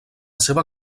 seva